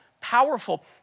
powerful